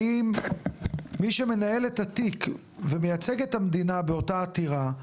האם מי שמנהל את התיק ומייצג את המדינה באותה עתירה,